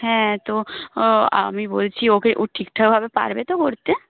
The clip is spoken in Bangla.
হ্যাঁ তো আমি বলছি ওকে ও ঠিকঠাকভাবে পারবে তো করতে